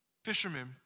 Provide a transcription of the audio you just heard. Fishermen